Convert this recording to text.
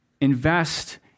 invest